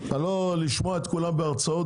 לא לשמוע את כולם בהרצאות,